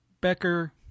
Becker